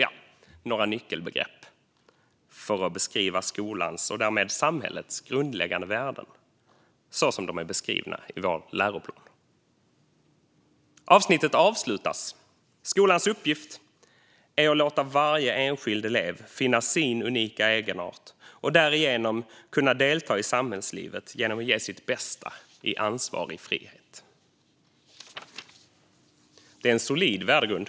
Det är några nyckelbegrepp för att beskriva skolans och därmed samhällets grundläggande värden. Det är så som de är beskrivna i läroplanen. Avsnittet avslutas: Skolans uppgift är att låta varje enskild elev finna sin unika egenart och därigenom kunna delta i samhällslivet genom att ge sitt bästa i ansvarig frihet. Det är en solid värdegrund.